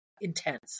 intense